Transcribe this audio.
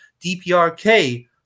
DPRK